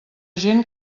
gent